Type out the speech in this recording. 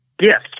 Yes